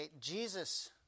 Jesus